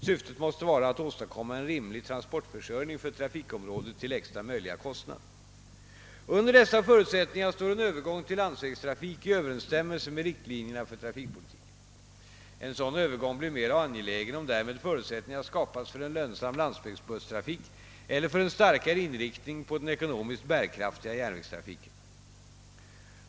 Syftet måste vara att åstadkomma en rimlig transportförsörjning för trafikområdet till lägsta möjliga kostnad. Under dessa förutsättningar står en övergång till landsvägstrafik i överensstämmelse med riktlinjerna för trafikpolitiken. En sådan övergång blir mera angelägen om därmed förutsättningar skapas för en lönsam landsvägsbusstrafik eller för en starkare inriktning på den ekonomiskt bärkraftiga järnvägstrafiken.